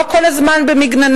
לא להיות כל הזמן במגננה,